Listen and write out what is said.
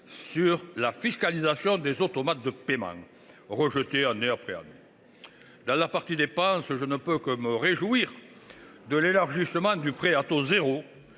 à fiscaliser les automates de paiement, rejeté année après année. Dans la partie dépenses, je ne peux que me réjouir de l’élargissement du prêt à taux zéro.